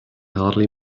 hardly